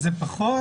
18. פחות,